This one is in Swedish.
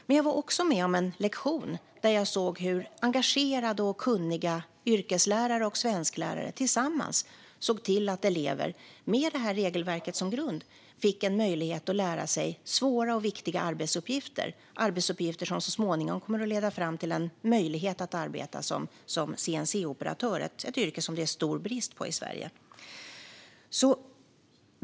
Men jag var också med på en lektion där jag såg hur engagerade och kunniga yrkeslärare och svensklärare tillsammans såg till att elever med detta regelverk som grund fick en möjlighet att lära sig svåra och viktiga arbetsuppgifter, arbetsuppgifter som så småningom kommer att leda fram till en möjlighet att arbeta som CNC-operatör - ett yrke som det är stor brist på i Sverige.